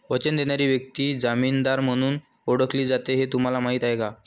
वचन देणारी व्यक्ती जामीनदार म्हणून ओळखली जाते हे तुम्हाला माहीत आहे का?